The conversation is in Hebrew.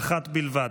אחת בלבד.